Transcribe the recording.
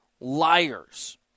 liars